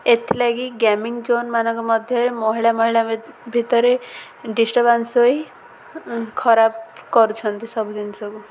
ଏଥିଲାଗି ଗେମିଂ ଜୋନ୍ମାନଙ୍କ ମଧ୍ୟରେ ମହିଳା ମହିଳା ଭିତରେ ଡିଷ୍ଟର୍ବାନ୍ସ ହୋଇ ଖରାପ କରୁଛନ୍ତି ସବୁ ଜିନିଷକୁ